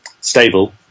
stable